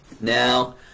Now